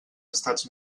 estats